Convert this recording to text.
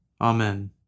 Amen